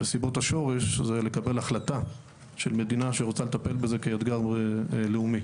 בסיבות השורש זה לקבל החלטה של מדינה שרוצה לטפל בזה כאתגר לאומי.